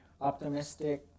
optimistic